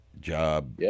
job